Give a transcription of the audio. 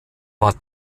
war